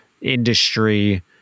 industry